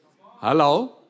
Hello